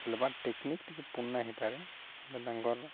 ଖେଲ୍ବାର୍ technique ଟିକେ ପୁର୍ନା ହେଇପାରେ ହେଲେ ତାଙ୍କର